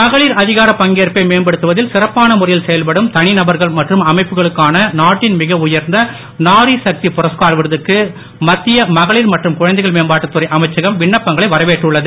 மகளிர் அதிகார பங்கேற்பை மேம்படுத்துவதில் சிறப்பான முறையில் செயல்படும் தனிநபர்கள் மற்றும் அமைப்புகளுக்கான நாட்டின் மிக உயர்ந்த நாரி சக்தி புரஸ்கார் விருதுக்கு மத்திய மகளிர் மற்றும் குழந்தைகள் மேம்பாட்டுத் துறை அமைச்சகம் விண்ணப்பங்களை வரவேற்றுன்ளது